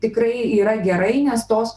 tikrai yra gerai nes tos